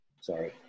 Sorry